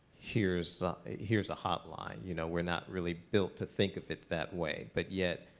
here's here's a hotline. you know? we're not really built to think of it that way. but yet,